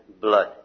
blood